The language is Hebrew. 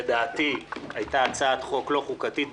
לדעתי הייתה הצעת חוק לא חוקתית,